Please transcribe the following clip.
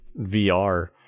vr